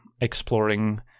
exploring